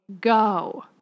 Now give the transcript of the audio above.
go